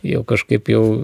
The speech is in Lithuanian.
jau kažkaip jau